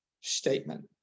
statement